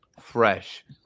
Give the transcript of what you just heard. fresh